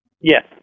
Yes